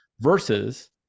versus